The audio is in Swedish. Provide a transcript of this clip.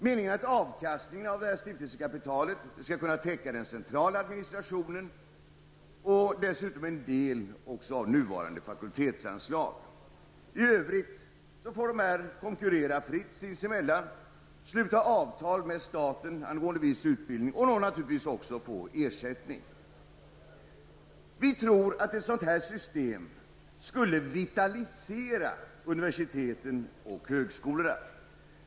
Meningen är att avkastningen av stiftelsekapitalet skall kunna täcka den centrala administrationen och dessutom en del av nuvarande fakultetsanslag. I övrigt får dessa universitet och högskolor konkurrera fritt sinsemellan och sluta avtal med staten angående viss utbildning samt då naturligtvis också få ersättning. Vi tror att ett sådant system skulle vitalisera universiteten och högskolorna.